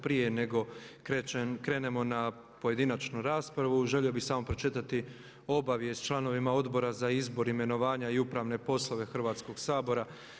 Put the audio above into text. Prije nego krenemo na pojedinačnu raspravu želio bih samo pročitati obavijest članovima Odbora za izbor, imenovanje i upravne poslove Hrvatskog sabora.